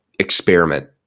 Experiment